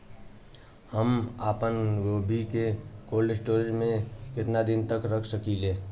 हम आपनगोभि के कोल्ड स्टोरेजऽ में केतना दिन तक रख सकिले?